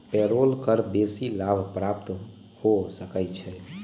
payroll कर बेशी लाभ प्राप्त न हो सकै छइ